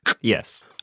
yes